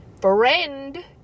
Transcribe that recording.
friend